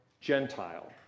Gentile